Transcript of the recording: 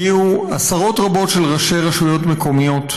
הגיעו עשרות רבות של ראשי רשויות מקומיות,